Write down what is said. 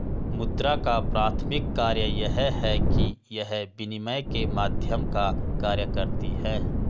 मुद्रा का प्राथमिक कार्य यह है कि यह विनिमय के माध्यम का कार्य करती है